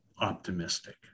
optimistic